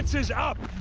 is up